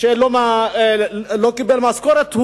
שלא קיבל משכורת,